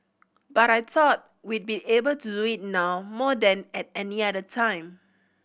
but I thought we be able to do it now more than at any other time